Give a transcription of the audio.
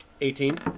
Eighteen